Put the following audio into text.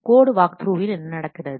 code வாக்த்ரூவில் என்ன நடக்கிறது